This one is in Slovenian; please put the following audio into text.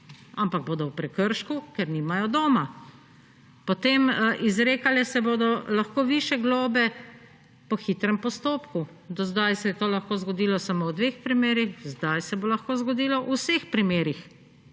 ampak bodo v prekršku, ker nimajo doma. Potem izrekale se bodo lahko višje globe po hitrem postopku. Do zdaj se je to lahko zgodilo samo v dveh primerih, zdaj se bo lahko zgodilo v vseh primerih.